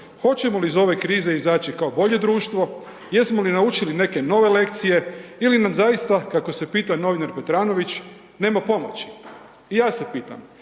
Hoćemo li iz ove krize izaći kao bolje društvo? Jesmo li naučili neke nove lekcije ili nam zaista, kako se pita novinar Petranović, nema pomaći? I ja se pitam.